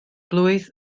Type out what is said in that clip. blwydd